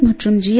S மற்றும் G